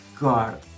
god